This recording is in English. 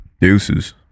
Deuces